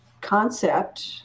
concept